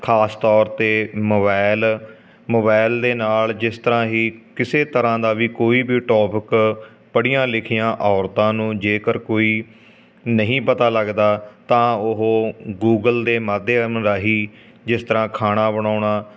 ਖਾਸ ਤੌਰ 'ਤੇ ਮੋਬਾਇਲ ਮੋਬਾਇਲ ਦੇ ਨਾਲ ਜਿਸ ਤਰ੍ਹਾਂ ਹੀ ਕਿਸੇ ਤਰ੍ਹਾਂ ਦਾ ਵੀ ਕੋਈ ਵੀ ਟੋਪਿਕ ਪੜ੍ਹੀਆਂ ਲਿਖੀਆਂ ਔਰਤਾਂ ਨੂੰ ਜੇਕਰ ਕੋਈ ਨਹੀਂ ਪਤਾ ਲੱਗਦਾ ਤਾਂ ਉਹ ਗੂਗਲ ਦੇ ਮਾਧਿਅਮ ਰਾਹੀਂ ਜਿਸ ਤਰ੍ਹਾਂ ਖਾਣਾ ਬਣਾਉਣਾ